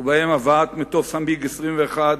ובהם הבאת מטוס ה"מיג 21"